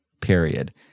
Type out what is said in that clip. Period